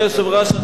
אדוני היושב-ראש,